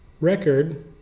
record